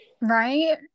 Right